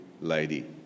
lady